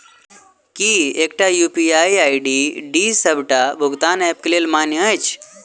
की एकटा UPI ID डी सबटा भुगतान ऐप केँ लेल मान्य अछि?